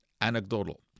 anecdotal